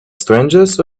strangeness